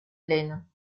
laine